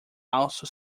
also